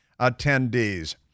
attendees